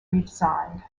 redesigned